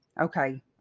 okay